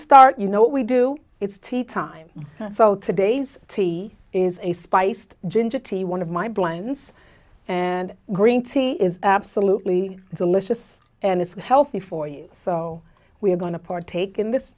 start you know what we do it's tea time so today's tea is a spiced ginger tea one of my blinds and green tea is absolutely delicious and it's healthy for you so we're going to partake in this